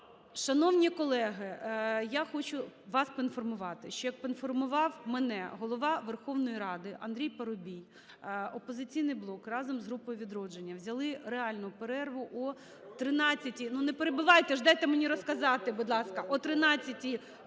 Шановні колеги, я хочу вас поінформувати, що, як поінформував мене Голова Верховної Ради Андрій Парубій, "Опозиційний блок" разом з групою "Відродження" взяли реальну перерву о 13-й…